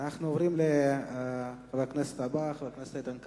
אנחנו עוברים לחבר הכנסת הבא, חבר הכנסת איתן כבל.